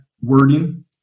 wording